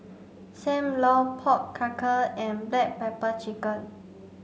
Sam Lau pork Knuckle and black pepper chicken